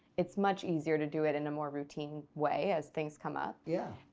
it's much easier to do it in a more routine way as things come up. yeah.